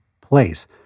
place